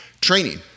training